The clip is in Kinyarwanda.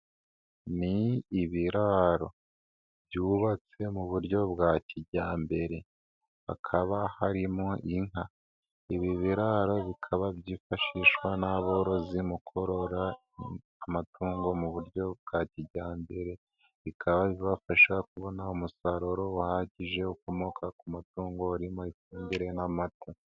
Ni ibiraro byubatse mu buryo bwa kijyambere, hakaba harimo inka, ibi biraro bikaba byifashishwa n'aborozi mu kurora amatungo mu buryo bwa kijyambere bikaba bafasha kubona umusaruro uhagije ukomoka ku matungo urimo ifumbire n'amata.